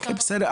אוקיי בסדר.